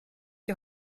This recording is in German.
die